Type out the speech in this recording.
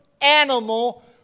animal